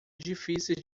difíceis